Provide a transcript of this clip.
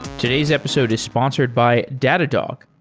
today's episode is sponsored by datadog,